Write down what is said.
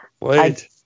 Wait